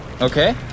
Okay